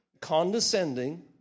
condescending